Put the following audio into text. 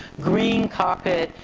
green carpet,